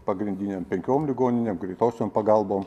pagrindinėm penkiom ligoninėm greitosiom pagalbom